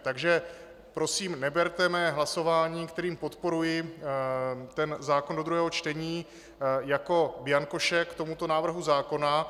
Takže prosím neberte mé hlasování, kterým podporuji zákon do druhého čtení, jako bianco šek k tomuto návrhu zákona.